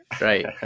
right